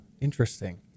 Interesting